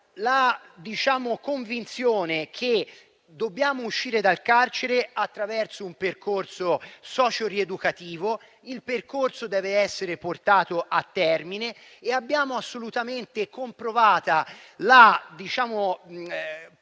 la convinzione che dobbiamo uscire dal carcere attraverso un percorso socio rieducativo. Il percorso deve essere portato a termine e abbiamo assolutamente comprovata la triste